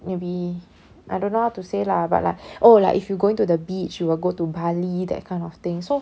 maybe I don't know how to say lah but like oh like if you going to the beach you will go to bali that kind of thing so